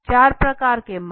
चार प्रकार के माप